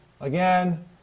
Again